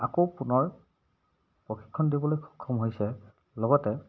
আকৌ পুনৰ প্ৰশিক্ষণ দিবলৈ সক্ষম হৈছে লগতে